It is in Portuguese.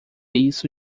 isso